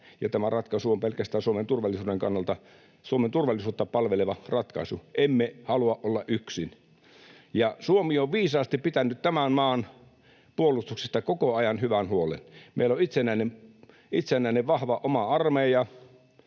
turvallisuuden kannalta, Suomen turvallisuutta palveleva ratkaisu. Emme halua olla yksin. Ja Suomi on viisaasti pitänyt tämän maan puolustuksesta koko ajan hyvän huolen. Meillä on itsenäinen, vahva oma armeija,